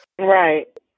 right